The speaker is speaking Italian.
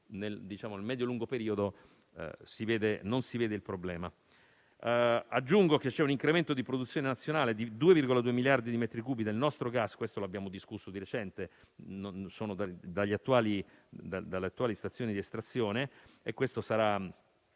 nel medio-lungo periodo non si vede il problema. Aggiungo che ci sono un incremento di produzione nazionale di 2,2 miliardi di metri cubi del nostro gas - questo l'abbiamo discusso di recente - dalle attuali stazioni di estrazione, che sarà